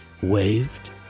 waved